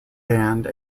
band